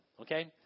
Okay